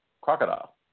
crocodile